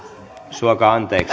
suokaa anteeksi